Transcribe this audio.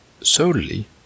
solely